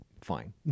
fine